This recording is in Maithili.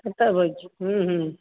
कतऽ रहैत छी